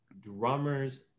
drummers